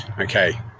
Okay